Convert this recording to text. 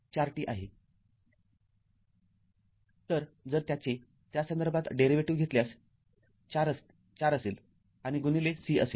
तरजर त्याचे त्या संदर्भात डेरीवेटीव्ह घेतल्यास ४ असेल आणि गुणिले C असेल